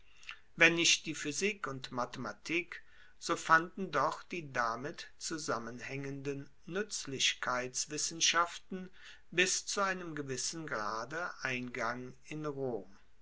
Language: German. wenn nicht die physik und mathematik so fanden doch die damit zusammenhaengenden nuetzlichkeitswissenschaften bis zu einem gewissen grade eingang in rom